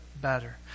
better